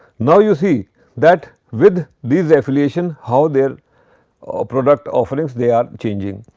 now, you see that with these affiliation how their ah product offerings they are changing.